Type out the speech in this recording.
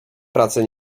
pracy